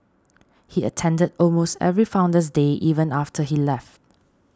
he attended almost every Founder's Day even after he left